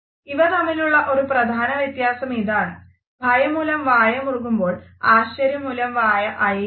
ഇവ തമ്മിലുള്ള ഒരു പ്രധാന വ്യത്യാസം ഇതാണ് ഭയം മൂലം വായ മുറുകുമ്പോൾ ആശ്ചര്യം മൂലം വായ അയയുന്നു